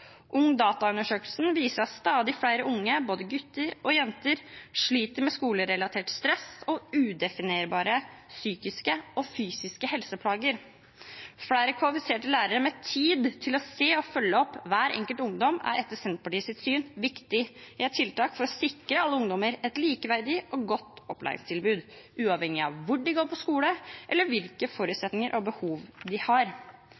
viser at stadig flere unge, både gutter jenter, sliter med skolerelatert stress og udefinerbare psykiske og fysiske helseplager. Flere kvalifiserte lærere med tid til å se og å følge opp hver enkelt ungdom er etter Senterpartiets syn et viktig tiltak for å sikre alle ungdommer et likeverdig og godt opplæringstilbud, uavhengig av hvor de går på skole, eller hvilke forutsetninger og behov de har.